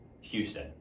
Houston